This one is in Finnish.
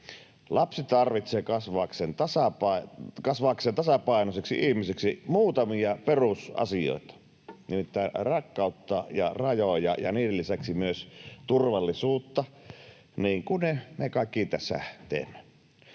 Lapsi tarvitsee kasvaakseen tasapainoiseksi ihmiseksi muutamia perusasioita, nimittäin rakkautta ja rajoja ja niiden lisäksi myös turvallisuutta, niin kuin me kaikki tässä teemme.